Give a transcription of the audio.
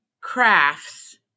crafts